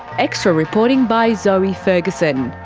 extra reporting by zoe ferguson,